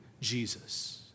Jesus